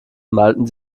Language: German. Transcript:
malten